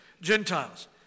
Gentiles